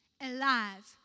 Alive